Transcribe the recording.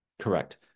correct